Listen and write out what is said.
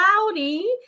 cloudy